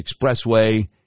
Expressway